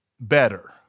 better